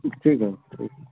ठीक है ठीक